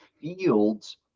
fields